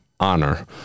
Honor